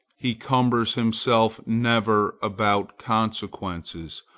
he cumbers himself never about consequences,